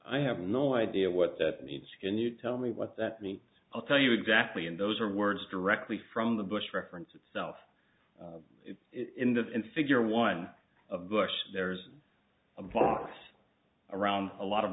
i have no idea what that means can you tell me what that means i'll tell you exactly and those are words directly from the bush reference itself in the in figure one of bush there's a box around a lot of